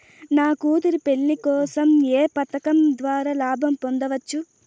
నా కూతురు పెళ్లి కోసం ఏ పథకం ద్వారా లాభం పొందవచ్చు?